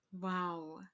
Wow